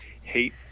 hate